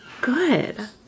Good